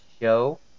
show